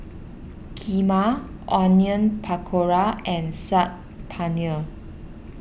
Kheema Onion Pakora and Saag Paneer